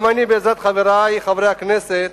גם אני, בעזרת חברי חברי הכנסת